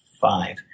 five